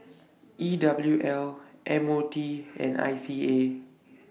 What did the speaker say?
E W L M O T and I C A